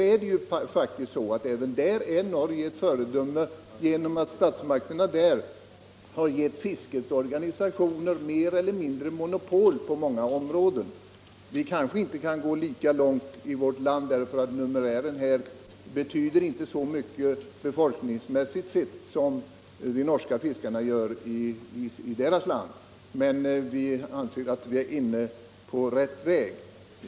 Även där är Norge ett föredöme genom att statsmakterna gett fiskets organisationer mer eller mindre monopol på många områden. Vi kanske inte kan gå lika långt i vårt land. Fiskarnas antal här betyder inte så mycket befolkningsmässigt sett som de norska fiskarna gör i sitt land. Vi anser dock att vi är inne på rätt väg.